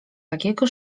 takiego